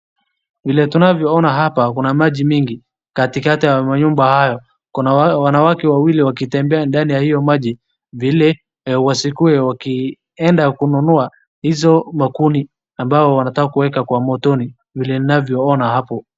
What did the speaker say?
Vile tunavyo ona hapa, kuna maji mingi katikati ya manyumba hayo. Kuna wanawake wawili wakitembea ndani ya hio maji, vile wasikiwe wakienda kununua hizo makuni ambao wanataka kuweka kwa motoni, vile ninavyo ona hapo.